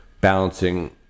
balancing